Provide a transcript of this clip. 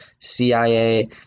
CIA